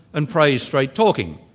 and praise straight talking.